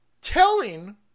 telling